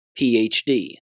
PhD